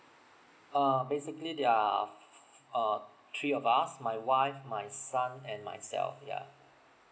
uh basically there are uh three of us my wife my son and myself yeah